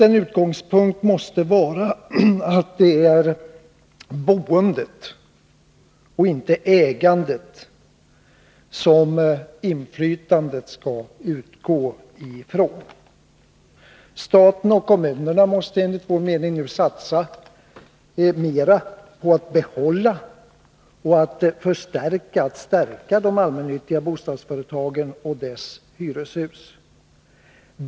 En utgångspunkt måste vara att det är boendet och inte ägandet som inflytandet skall utgå från. Staten och kommunerna måste nu satsa mera på att behålla och förstärka de allmännyttiga bostadsföretagen och deras hyreshus.